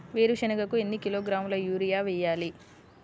వేరుశనగకు ఎన్ని కిలోగ్రాముల యూరియా వేయాలి?